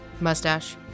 Mustache